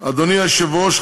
אדוני היושב-ראש,